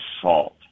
assault